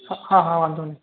હા હા વાંધો નહીં